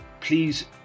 please